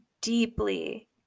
deeply